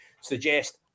suggest